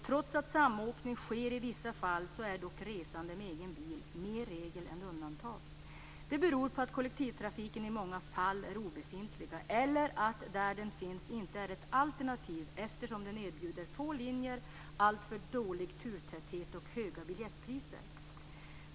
Trots att samåkning sker i vissa fall är dock resande med egen bil mer regel än undantag. Det beror på att kollektivtrafiken i många fall är obefintlig eller att den där den finns inte är något alternativ eftersom den erbjuder få linjer, alltför dålig turtäthet och höga biljettpriser.